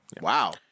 Wow